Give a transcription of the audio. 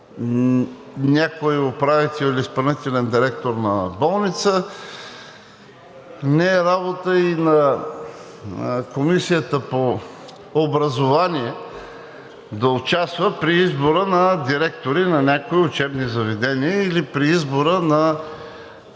някой управител или изпълнителен директор на болница. Не е работа и на Комисията по образование да участва при избора на директори на някои учебни заведения или при избора на